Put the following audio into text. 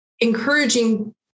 encouraging